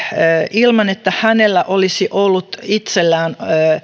ilman että hänellä olisi ollut itsellään